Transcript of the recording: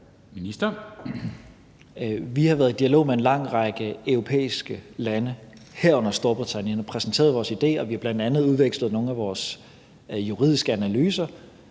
Tesfaye): Vi har været i dialog med en lang række europæiske lande, herunder Storbritannien, og præsenteret vores idéer, og vi har bl.a. udvekslet nogle af vores juridiske analyser,